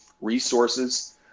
resources